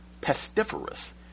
pestiferous